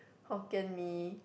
Hokkien-Mee